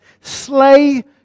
slay